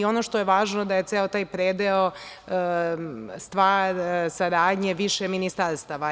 Ono što je važno da je ceo taj predeo stvar saradnje više ministarstava.